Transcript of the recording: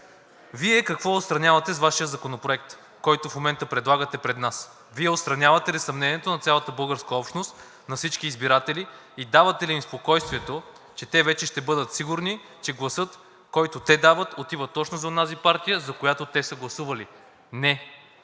„Вие какво отстранявате с Вашия законопроект, който в момента предлагате пред нас? Вие отстранявате ли съмнението на цялата българска общност, на всички избиратели и давате ли им спокойствието, че те вече ще бъдат сигурни, че гласът, който те дават, отива точно за онази партия, за която те са гласували? Не,